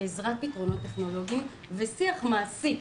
בעזרת פתרונות טכנולוגיים ושיח מעשי.